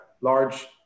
large